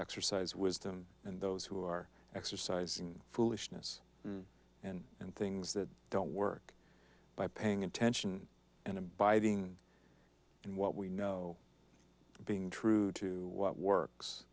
exercise wisdom and those who are exercising foolishness and and things that don't work by paying attention and abiding in what we know being true to what